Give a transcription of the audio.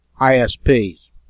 ISPs